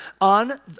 on